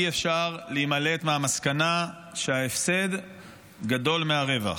אי-אפשר להימלט מהמסקנה שההפסד גדול מהרווח.